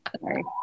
sorry